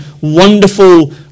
wonderful